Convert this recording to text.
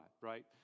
right